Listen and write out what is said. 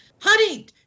honey